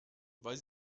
weil